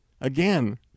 again